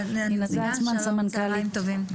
שלום, צהריים טובים.